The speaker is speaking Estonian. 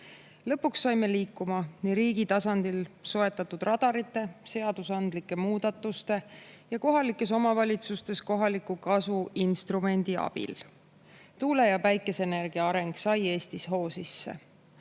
Lõpuks saime riigi tasandil soetatud radarite ja seadusandlike muudatustega ning kohalikes omavalitsustes kohaliku kasu instrumendi abil liikuma. Tuule- ja päikeseenergia areng sai Eestis hoo sisse.